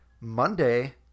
Monday